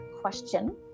question